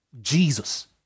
jesus